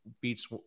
beats